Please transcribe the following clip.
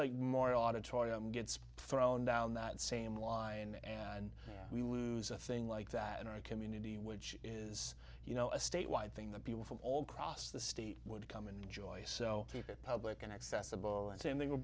like more auditorium gets thrown down that same line and we lose a thing like that in our community which is you know a statewide thing that people from all across the state would come and enjoy so keep it public and accessible and